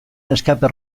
escape